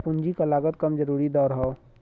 पूंजी क लागत कम जरूरी दर हौ